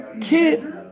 Kid